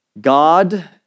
God